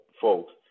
folks